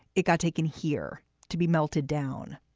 it got taken here to be melted down.